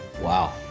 Wow